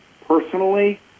personally